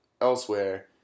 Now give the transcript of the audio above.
elsewhere